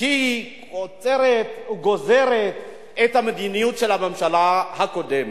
היא עוצרת, גוזרת את המדיניות של הממשלה הקודמת.